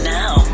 now